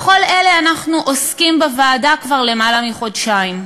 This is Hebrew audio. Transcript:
בכל אלה אנחנו עוסקים בוועדה כבר למעלה מחודשיים.